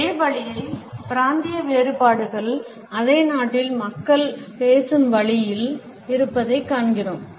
அதே வழியில் பிராந்திய வேறுபாடுகள் அதே நாட்டில் மக்கள் பேசும் வழியில் இருப்பதைக் காண்கிறோம்